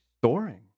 storing